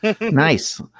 Nice